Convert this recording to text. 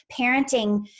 Parenting